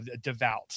devout